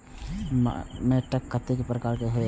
मैंट कतेक प्रकार के होयत छै?